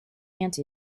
anti